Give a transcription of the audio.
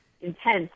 intense